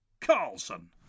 Carlson